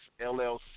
LLC